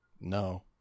No